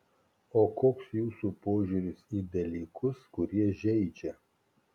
o koks jūsų požiūris į dalykus kurie žeidžia